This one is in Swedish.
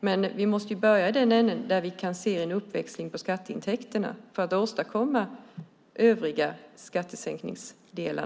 Men vi måste börja i den ändan där vi kan se en uppväxling i fråga om skatteintäkterna för att åstadkomma övriga skattesänkningar.